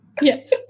Yes